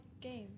game